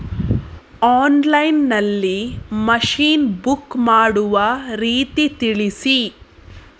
Online ನಲ್ಲಿ machine book ಮಾಡುವ ರೀತಿ ತಿಳಿಸಿ?